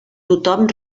tothom